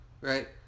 right